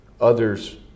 others